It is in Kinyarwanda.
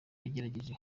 yagerageje